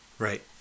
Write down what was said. Right